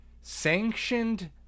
Sanctioned